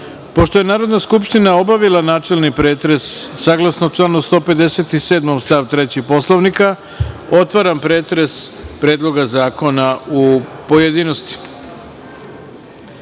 je Narodna skupština obavila načelni pretres, saglasno članu 157. stav 3. Poslovnika, otvaram pretres Predloga zakona u pojedinostima. Na